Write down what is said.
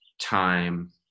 time